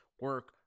Work